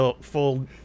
Full